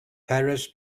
paris